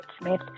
Smith